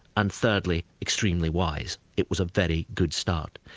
and thirdly, extremely wise. it was a very good start.